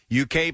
UK